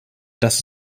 dass